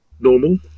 normal